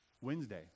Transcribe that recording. Wednesday